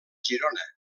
girona